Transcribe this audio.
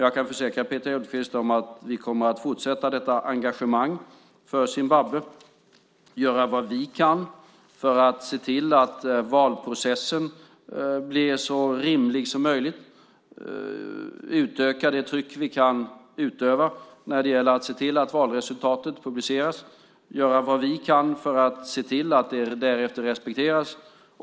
Jag kan försäkra Peter Hultqvist att vi kommer att fortsätta detta engagemang för Zimbabwe och göra vad vi kan för att se till att valprocessen blir så rimlig som möjligt. Vi ska utöka det tryck som vi kan utöva när det gäller att se till att valresultatet publiceras. Vi ska göra vad vi kan för att se till att det därefter respekteras.